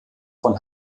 von